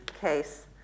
case